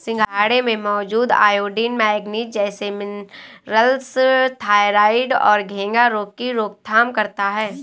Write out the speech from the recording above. सिंघाड़े में मौजूद आयोडीन, मैग्नीज जैसे मिनरल्स थायरॉइड और घेंघा रोग की रोकथाम करता है